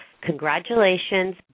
Congratulations